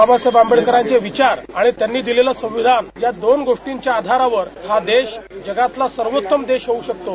बाबासाहेब आंबेडकरांचे विचार आणि त्यांनी दिलेलं संविधान या दोन गोष्टींच्या आधारावर हा देश जगातला सर्वोत्तम देश होऊ शकतो